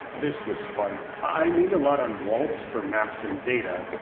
this was fun. i leaned a lot on wals for maps and data.